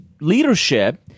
leadership